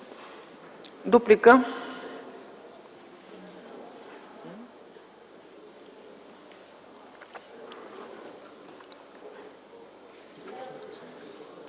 Дуплика.